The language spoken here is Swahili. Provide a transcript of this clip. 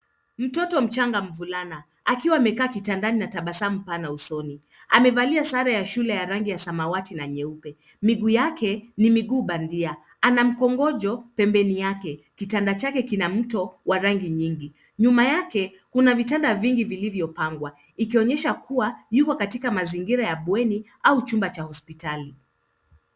Mtoto mchanga mvulana akiwa amekaa kitandani na tabasamu pana usoni. Amevalia sare ya shule ya rangi ya samawati na nyeupe. Miguu yake ni miguu bandia ana mkongojo pembeni yake. Kitanda chake kina mto wa rangi nyingi, nyuma yake kuna vitanda vingi vilivyopangwa ikionyesha kuwa yuko katika mazingira ya bweni au chumba cha hospitali.